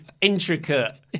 intricate